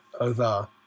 over